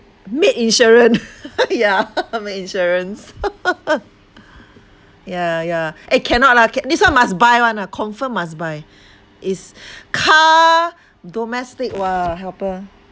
maid insurance yeah maid insurance yeah yeah eh cannot lah ca~ this one must buy [one] lah confirm must buy it's car domestic wha~ helper